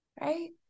right